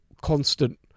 constant